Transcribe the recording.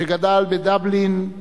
שגדל בדבלין.